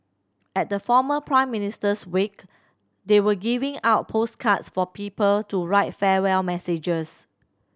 at the former Prime Minister's wake they were giving out postcards for people to write farewell messages